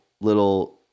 little –